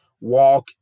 walk